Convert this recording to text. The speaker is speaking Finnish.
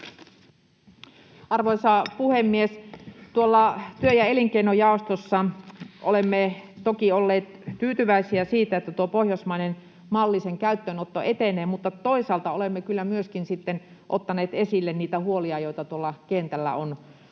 Arvoisa puhemies! Tuolla työ- ja elinkeinojaostossa olemme toki olleet tyytyväisiä siitä, että tuon pohjoismaisen mallin käyttöönotto etenee, mutta toisaalta olemme kyllä myöskin ottaneet sitten esille niitä huolia, joita tuolla kentällä on